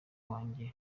wanje